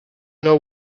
know